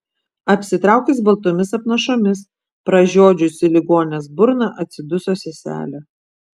apsitraukęs baltomis apnašomis pražiodžiusi ligonės burną atsiduso seselė